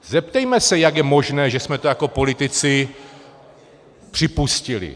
Zeptejme se, jak je možné, že jsme to jako politici připustili.